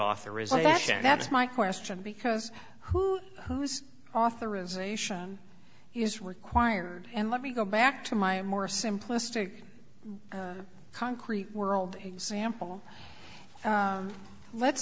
authorisation that's my question because i was authorisation is required and let me go back to my more simplistic concrete world example let's